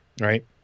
right